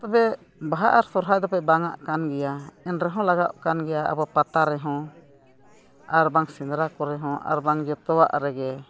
ᱛᱚᱵᱮ ᱵᱟᱦᱟ ᱟᱨ ᱥᱚᱦᱚᱨᱟᱭ ᱫᱚᱯᱮ ᱵᱟᱝ ᱟᱜ ᱠᱟᱱ ᱜᱮᱭᱟ ᱮᱱ ᱨᱮᱦᱚᱸ ᱞᱟᱜᱟᱜ ᱠᱟᱱ ᱜᱮᱭᱟ ᱟᱵᱚ ᱯᱟᱛᱟ ᱨᱮᱦᱚᱸ ᱟᱨ ᱵᱟᱝ ᱥᱮᱸᱫᱽᱨᱟ ᱠᱚᱨᱮ ᱦᱚᱸ ᱟᱨ ᱵᱟᱝ ᱡᱚᱛᱚᱣᱟᱜ ᱨᱮᱜᱮ